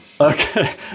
Okay